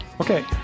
Okay